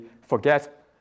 forget